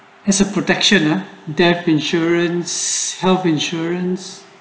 as a protection ah death insurance health insurance